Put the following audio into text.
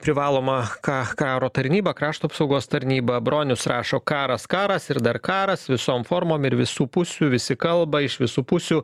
privalomą ka karo tarnybą krašto apsaugos tarnybą bronius rašo karas karas ir dar karas visom formom ir visų pusių visi kalba iš visų pusių